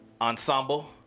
ensemble